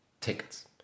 tickets